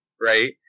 right